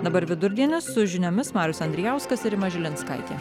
dabar vidurdienis su žiniomis marius andrijauskas ir rima žilinskaitė